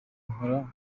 nkora